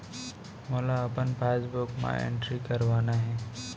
मोला अपन पासबुक म एंट्री करवाना हे?